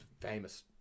famous